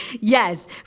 Yes